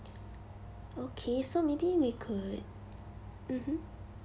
okay so maybe we could mmhmm